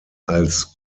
als